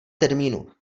termínu